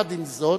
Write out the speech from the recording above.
יחד עם זאת,